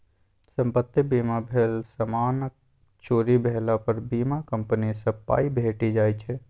संपत्ति बीमा भेल समानक चोरी भेला पर बीमा कंपनी सँ पाइ भेटि जाइ छै